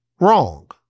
wrong